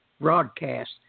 broadcast